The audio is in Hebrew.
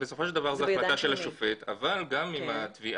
בסופו של דבר זאת החלטה של השופט אבל גם אם התביעה